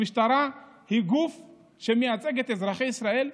המשטרה היא גוף שמייצג את אזרחי ישראל,